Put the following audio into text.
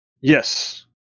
Yes